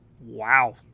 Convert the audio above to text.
wow